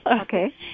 Okay